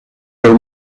their